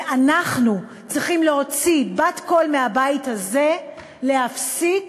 ואנחנו צריכים להוציא בת-קול מהבית הזה להפסיק